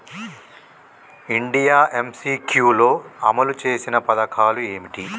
India MCQ లో అమలు చేసిన పథకాలు ఏమిటి?